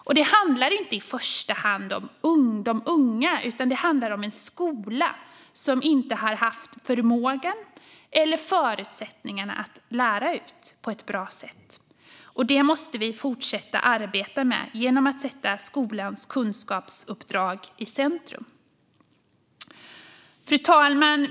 Detta handlar inte i första hand om de unga, utan det handlar om en skola som inte har haft förmågan eller förutsättningarna att lära ut på ett bra sätt. Det måste vi fortsätta att arbeta med genom att sätta skolans kunskapsuppdrag i centrum. Fru talman!